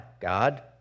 God